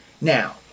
Now